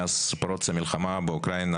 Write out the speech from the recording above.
מאז פרוץ המלחמה באוקראינה,